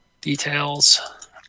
details